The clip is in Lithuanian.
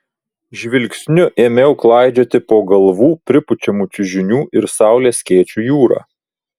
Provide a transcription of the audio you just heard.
žvilgsniu ėmiau klaidžioti po galvų pripučiamų čiužinių ir saulės skėčių jūrą